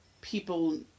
people